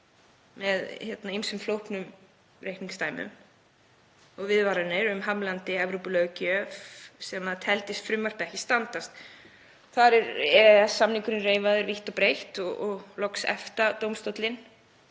með ýmsum flóknum reikningsdæmum og viðvaranir um hamlandi Evrópulöggjöf sem það telur frumvarpið ekki standast. Þar er EES-samningurinn reifaður vítt og breitt og loks EFTA-dómstóllinn.